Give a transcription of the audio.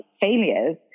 failures